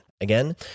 Again